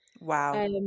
Wow